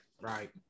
right